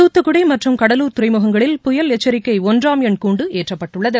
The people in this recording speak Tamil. தூத்துக்குடி மற்றும் கடலூர் துறைமுகங்களில் புயல் எச்சரிக்கை ஒன்றாம் எண் கூண்டு ஏற்றப்பட்டுள்ளது